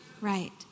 right